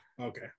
Okay